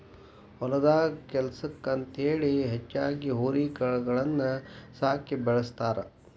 ಹೊಲದಾಗ ಕೆಲ್ಸಕ್ಕ ಅಂತೇಳಿ ಹೆಚ್ಚಾಗಿ ಹೋರಿ ಕರಗಳನ್ನ ಸಾಕಿ ಬೆಳಸ್ತಾರ